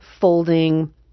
folding